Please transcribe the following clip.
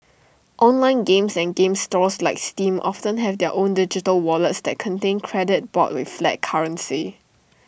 online games and game stores like steam often have their own digital wallets that contain credit bought with flat currency